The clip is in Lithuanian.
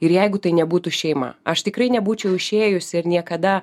ir jeigu tai nebūtų šeima aš tikrai nebūčiau išėjusi ir niekada